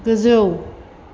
गोजौ